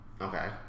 Okay